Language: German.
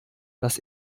dass